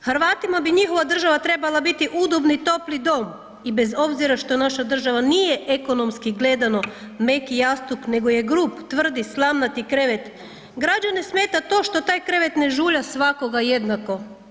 Hrvatima bi njihova država trebala biti udobni topli dom i bez obzira što naša država nije, ekonomski gledano, meki jastuk nego je grub, tvrd i slamnati krevet, građane smeta to što taj krevet ne žulja svakoga jednako.